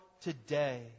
today